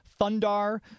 Thundar